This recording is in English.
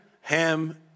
Ham